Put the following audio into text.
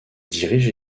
dirige